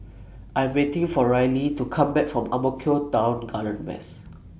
I'm waiting For Ryley to Come Back from Ang Mo Kio Town Garden West